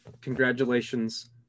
congratulations